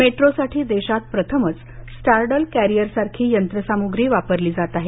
मेट्रोसाठी देशात प्रथमच स्टार्डल कॅरिअरसारखी यंत्रसामुग्री वापरली जात आहे